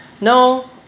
No